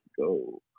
go